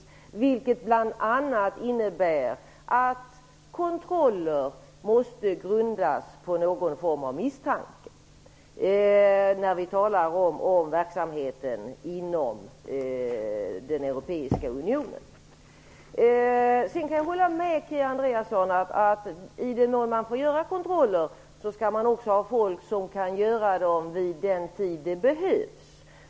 Det innebär bl.a. att kontroller inom den europeiska unionen måste grundas på någon form av misstanke. Jag kan hålla med Kia Andreasson om att i den mån man får göra kontroller skall de utföras på de tider när sådana behövs.